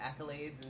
accolades